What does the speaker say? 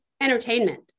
entertainment